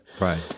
right